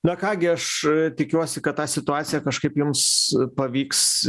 na ką gi aš tikiuosi kad tą situaciją kažkaip jums pavyks